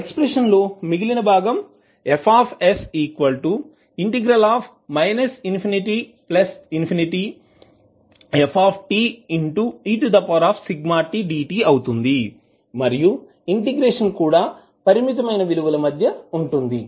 expression లో మిగిలిన భాగం అవుతుంది మరియు ఇంటిగ్రేషన్ కూడా పరిమితమైన విలువల మధ్య ఉంటుంది